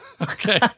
Okay